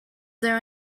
there